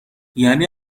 یعنی